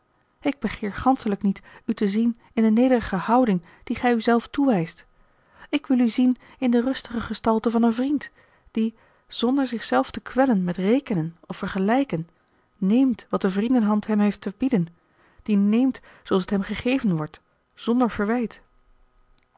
ik begeer ganschelijk niet u te zien in de nederige houding die gij u zelf toewijst ik wil u zien in de rustige gestalte van een vriend die zonder zich zelf te kwellen met rekenen of vergelijken neemt wat de vriendenhand hem heeft te bieden die neemt zooals het hem gegeven wordt zonder verwijt